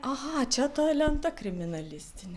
aha čia ta lenta kriminalistinė